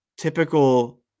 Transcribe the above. typical